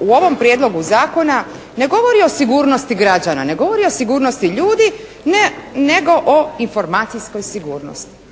u ovom Prijedlogu zakona ne govori o sigurnosti građana, ne govori o sigurnosti ljudi, nego o informacijskoj sigurnosti.